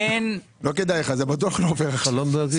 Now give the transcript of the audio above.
לא כדאי לך; זה בטוח לא עובר עכשיו.